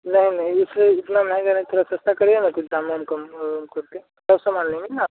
नहीं नहीं इसमें इतना महंगा नहीं थोड़ा सस्ता करिए ना कुछ दाम वाम कम कर के सब सामान लेंगे ना